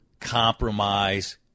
compromise